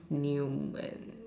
new and